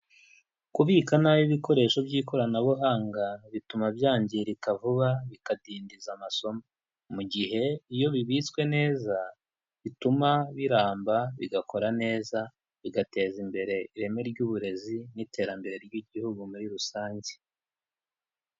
Kubika nabi ibikoresho by'ikoranabuhanga bituma byangirika vuba, bikadindiza amasomo. Mu gihe iyo bibitswe neza, bituma biramba, bigakora neza, bigateza imbere ireme ry'uburezi n'iterambere ry'igihugu muri rusange.